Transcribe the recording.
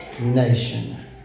nation